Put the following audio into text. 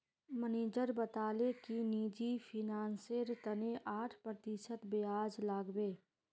manager बताले कि निजी फिनांसेर तने आठ प्रतिशत ब्याज लागबे